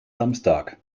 samstag